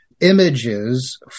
Images